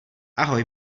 ahoj